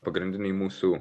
pagrindiniai mūsų